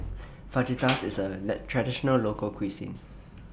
Fajitas IS A Traditional Local Cuisine